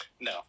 No